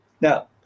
Now